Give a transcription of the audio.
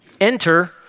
Enter